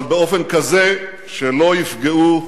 אבל באופן כזה שלא יפגעו,